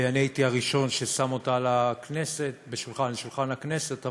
אני הייתי הראשון ששם אותה על שולחן הכנסת,